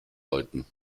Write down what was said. läuten